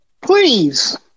Please